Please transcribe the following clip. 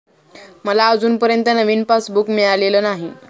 मला अजूनपर्यंत नवीन पासबुक मिळालेलं नाही